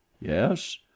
yes